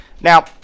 Now